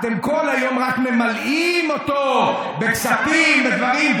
אתם כל היום רק ממלאים אותו בכספים, בדברים.